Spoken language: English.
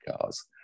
cars